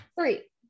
three